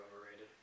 overrated